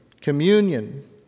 communion